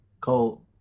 Colt